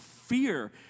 fear